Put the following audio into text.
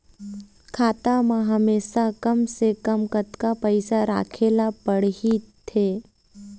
खाता मा हमेशा कम से कम कतक पैसा राखेला पड़ही थे?